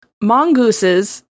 mongooses